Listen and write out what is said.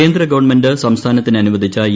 കേന്ദ്ര ഗവൺമെന്റ് സംസ്ഥാനത്തിന് അനുവദിച്ച ഇ